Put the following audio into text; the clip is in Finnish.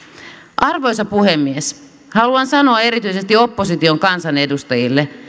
arvoisa puhemies haluan sanoa erityisesti opposition kansanedustajille